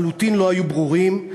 לחלוטין לא היו ברורים,